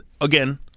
again